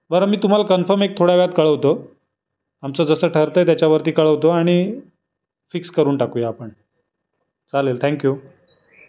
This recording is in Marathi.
बरं मी तुम्हाला कन्फम एक थोड्या वेळात कळवतो आमचं जसं ठरतं आहे त्याच्यावरती कळवतो आणि फिक्स करून टाकू या आपण चालेल थँक्यू